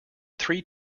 three